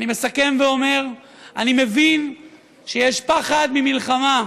אני מסכם ואומר: אני מבין שיש פחד ממלחמה,